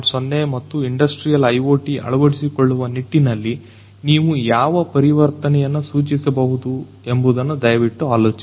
0 ಮತ್ತು industrial IoT ಅಳವಡಿಸಿಕೊಳ್ಳುವ ನಿಟ್ಟಿನಲ್ಲಿ ನೀವು ಯಾವ ಪರಿವರ್ತನೆಯನ್ನು ಸೂಚಿಸಬಹುದು ಎಂಬುದನ್ನು ದಯವಿಟ್ಟು ಆಲೋಚಿಸಿ